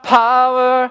power